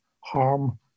harm